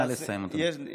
נא לסיים, אדוני.